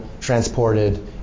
transported